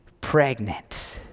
pregnant